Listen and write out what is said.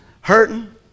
Hurting